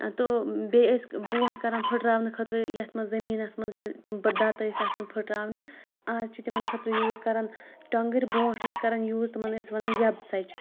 تہٕ بیٚیہِ ٲسۍ برونٛٹھ کَران پھٕٹراونہٕ خٲطرٕ یَتھ منٛز زٔمیٖنَس منٛز ییٚلہِ تِم پَتہٕ دَتہٕ ٲسۍ آسان پھٕٹراونہِ اَز چھِ تِمَن خٲطرٕ یوٗز کَران ٹۄنٛگٕرۍ برونٛٹھ ٲسۍ کَران یوٗز تٕمَن ٲسۍ وَنان یَب ژَچہِ